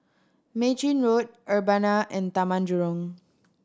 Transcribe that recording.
Mei Chin Road Urbana and Taman Jurong